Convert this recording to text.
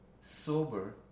sober